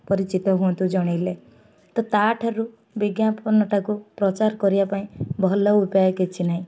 ପରିଚିତ ହୁଅନ୍ତୁ ଜଣାଇଲେ ତ ତା'ଠାରୁ ବିଜ୍ଞାପନଟାକୁ ପ୍ରଚାର କରିବା ପାଇଁ ଭଲ ଉପାୟ କିଛି ନାହିଁ